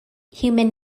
human